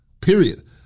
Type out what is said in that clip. period